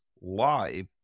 live